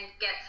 get